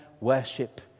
worship